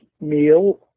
meal